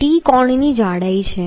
t કોણની જાડાઈ છે